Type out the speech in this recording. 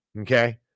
Okay